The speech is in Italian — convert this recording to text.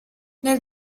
nel